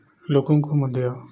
ଲୋକଙ୍କୁ ମଧ୍ୟ